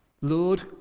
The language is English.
Lord